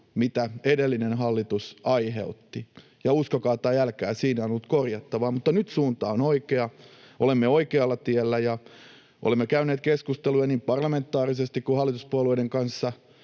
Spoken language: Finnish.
mitä edellinen hallitus aiheutti. Ja uskokaa tai älkää, siinä on ollut korjattavaa, mutta nyt suunta on oikea. Olemme oikealla tiellä ja olemme käyneet keskusteluja niin parlamentaarisesti kuin hallituspuolueiden kanssa